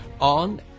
on